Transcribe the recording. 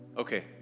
Okay